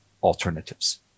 Alternatives